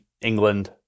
England